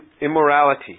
immorality